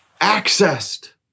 accessed